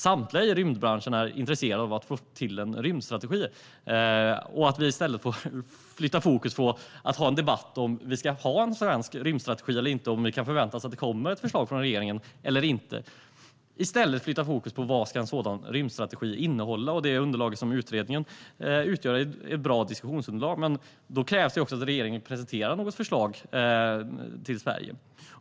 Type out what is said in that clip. Samtliga i rymdbranschen är intresserade av att få till en rymdstrategi. I stället flyttas fokus till att vi debatterar om huruvida vi ska ha en svensk rymdstrategi eller inte och om vi kan förvänta oss att det kommer ett förslag från regeringen. Det underlag som utredningen utgör är ett bra diskussionsunderlag för vad en sådan strategi skulle kunna innehålla. Men då krävs det att regeringen presenterar ett förslag vad avser Sverige.